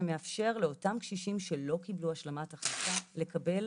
שמאפשר לאותם קשישים שלא קיבלו השלמת הכנסה לקבל